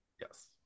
Yes